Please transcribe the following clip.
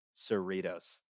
Cerritos